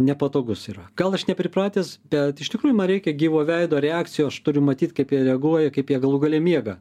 nepatogus yra gal aš nepripratęs bet iš tikrųjų man reikia gyvo veido reakcijų aš turi matyt kaip jie reaguoja kaip jie galų gale miega